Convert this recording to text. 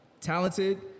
talented